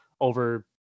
over